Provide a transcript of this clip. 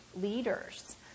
leaders